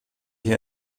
hier